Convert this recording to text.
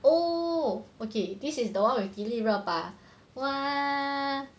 oh okay this is the one with 迪丽热巴 !wah!